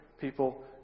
people